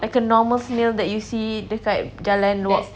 like a normal snail that you see dekat jalan max~